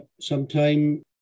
sometime